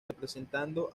representando